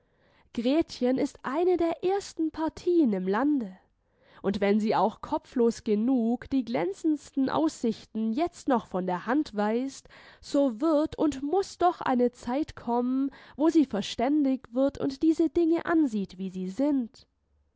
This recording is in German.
gretchen ist eine der ersten partien im lande und wenn sie auch kopflos genug die glänzendsten aussichten jetzt noch von der hand weist so wird und muß doch eine zeit kommen wo sie verständig wird und diese dinge ansieht wie sie sind